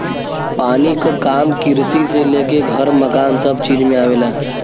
पानी क काम किरसी से लेके घर मकान सभ चीज में आवेला